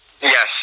Yes